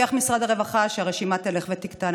משרד הרווחה הבטיח שהרשימה תלך ותקטן.